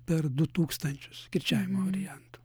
per du tūkstančius kirčiavimo variantų